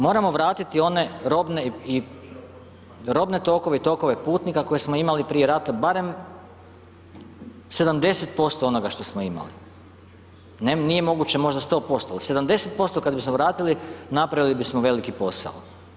Moramo vratiti one robne tokove i tokove putnika koje smo imali prije rata, barem 70% onoga što smo imali, nije moguće možda 100%, ali 70% kad bismo vratili, napravili bismo veliki posao.